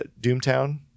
Doomtown